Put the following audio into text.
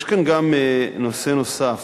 יש כאן גם נושא נוסף.